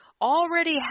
already